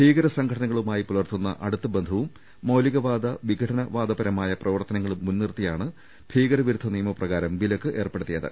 ഭീകര സംഘടനക ളുമായി പുലർത്തുന്ന അടുത്ത ബന്ധവും മൌലികവാദ വിഘടനപര മായ പ്രവർത്തനവും മുൻ നിർത്തിയാണ് ഭീകരവിരുദ്ധ നിയമപ്ര കാരം വിലക്ക് ഏർപ്പെടുത്തിയത്